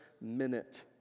minute